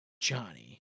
Johnny